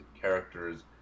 characters